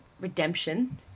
redemption